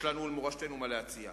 יש למורשתנו מה להציע.